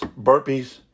burpees